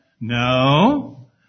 No